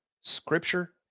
scripture